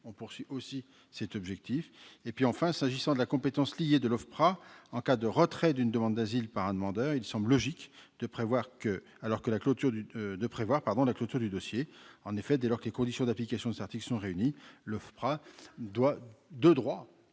demandes d'asile abusives -; enfin, s'agissant de la compétence liée de l'OFPRA en cas de retrait d'une demande d'asile par un demandeur, il semble logique de prévoir alors la clôture du dossier. En effet, dès lors que les conditions d'application de cet article sont réunies, l'OFPRA doit décider,